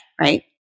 right